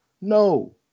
No